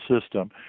system